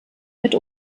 mit